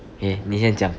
eh 你先讲